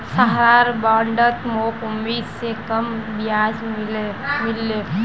सहारार बॉन्डत मोक उम्मीद स कम ब्याज मिल ले